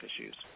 issues